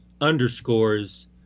underscores